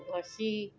ଘଷି